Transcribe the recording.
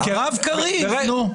הרב קריב לא.